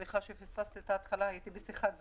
סליחה שהחמצתי את ההתחלה אבל הייתי בשיחת זום.